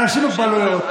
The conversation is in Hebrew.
אנשים עם מוגבלויות,